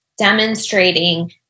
demonstrating